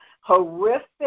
horrific